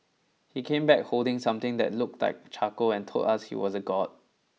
he came back holding something that looked like a charcoal and told us he was a god